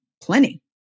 Plenty